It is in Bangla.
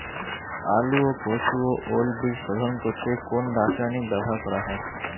আলু ও কচু ও ওল বীজ শোধন করতে কোন রাসায়নিক ব্যবহার করা হয়?